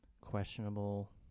questionable